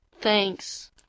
Thanks